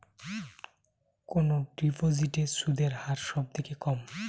কোন ডিপোজিটে সুদের হার সবথেকে কম?